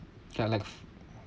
kind of like